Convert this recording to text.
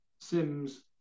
Sims